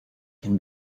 can